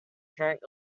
current